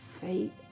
fate